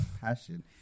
passion